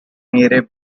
mere